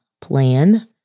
plan